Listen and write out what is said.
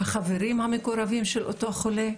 החברים המקורבים של אותו חולה.